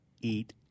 eat